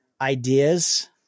ideas